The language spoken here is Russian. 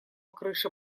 крыше